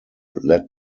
led